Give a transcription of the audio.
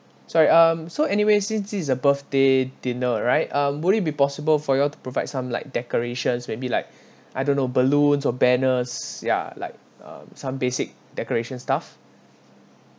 sorry um so anyways since this is a birthday dinner right uh would it be possible for you all to provide some like decorations maybe like I don't know balloons or banners ya like um some basic decoration stuff